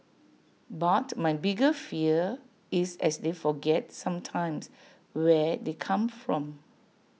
but my bigger fear is as they forget sometimes where they come from